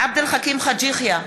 עבד אל חכים חאג' יחיא,